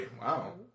Wow